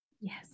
Yes